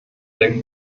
der